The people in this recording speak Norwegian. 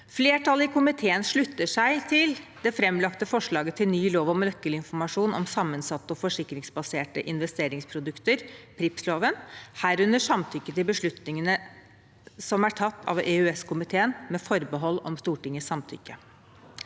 Flertallet i komiteen slutter seg til det framlagte forslaget til ny lov om nøkkelinformasjon om sammensatte og forsikringsbaserte investeringsprodukter, PRIIPsloven, herunder samtykke til beslutningene som er tatt av EØS-komiteen, med forbehold om Stortingets samtykke.